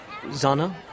Zana